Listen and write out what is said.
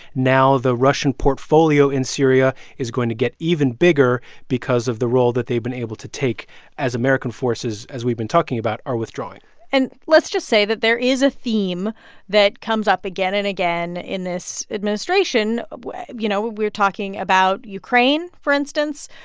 now the russian portfolio in syria is going to get even bigger because of the role that they've been able to take as american forces, as we've been talking about, are withdrawing and let's just say that there is a theme that comes up again and again in this administration. you know, we're talking about ukraine for instance.